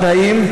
הפרת תנאים,